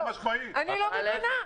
אני לא מוכנה.